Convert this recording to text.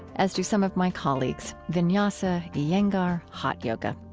as do some of my colleagues vinyasa, yeah iyengar, hot yoga.